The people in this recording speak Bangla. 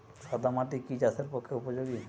সাদা মাটি কি চাষের পক্ষে উপযোগী?